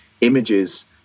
images